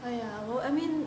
oh yeah I mean